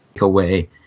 away